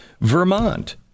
Vermont